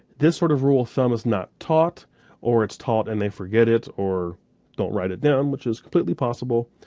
this sort of rule of thumb is not taught or it's taught and they forget it or don't write it down which is completely possible,